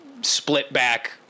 split-back